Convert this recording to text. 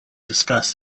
discuss